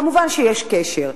כמובן, יש קשר.